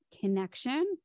connection